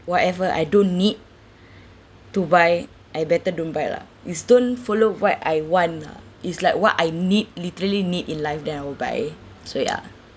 whatever I don't need to buy I better don't buy lah is don't follow what I want lah is like what I need literally need in life then I will buy so ya